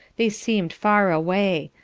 they seemed far away,